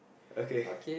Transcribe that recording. okay